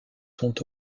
sont